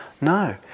No